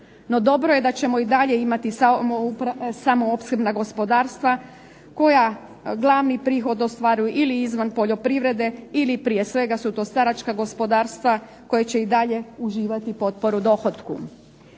dobro je da ćemo i dalje imati samoopskrbna gospodarstva koja glavni prihod ostvaruju ili izvan poljoprivrede ili prije svega su to staračka gospodarstva koja će i dalje uživati potporu dohotku.